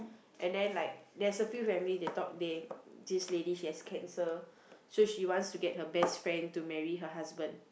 and then like there's a few family that thought they this lady she has cancer so she wants to get her best friend to marry her husband